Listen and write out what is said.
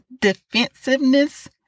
defensiveness